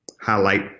highlight